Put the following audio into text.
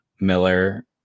Miller